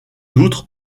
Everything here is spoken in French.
outre